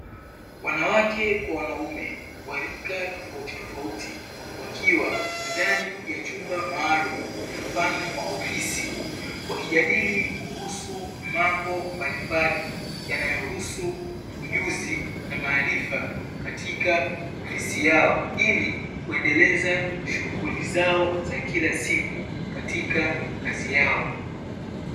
Wanawake kwa wanaume wa rika tofauti tofauti, wakiwa ndani ya chumba maalumu, mfano wa ofisi, wakijadili kuhusu mambo mbalimbali yanayohusu ujuzi na maarifa katika ofisi yao ili kuendeleza shughuli zao za kila siku katika kazi yao.